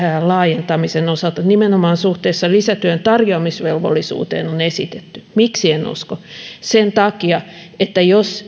laajentamisen osalta nimenomaan suhteessa lisätyön tarjoamisvelvollisuuteen on esitetty miksi en usko sen takia että jos